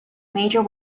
major